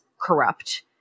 corrupt